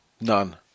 none